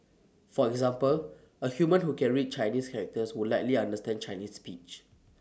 for example A human who can read Chinese characters would likely understand Chinese speech